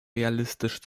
realistisch